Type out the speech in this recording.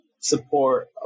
support